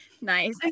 Nice